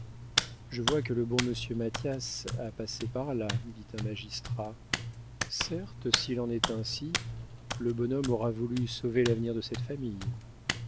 je vois que le bon monsieur mathias a passé par là dit un magistrat certes s'il en est ainsi le bonhomme aura voulu sauver l'avenir de cette famille